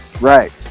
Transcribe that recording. Right